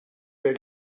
der